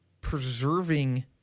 preserving